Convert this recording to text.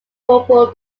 corporal